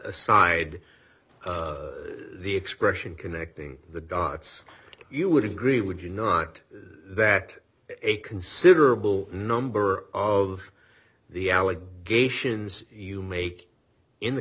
aside the expression connecting the dots you would agree would you not that a considerable number of the allegations you make in the